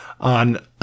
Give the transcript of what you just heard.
on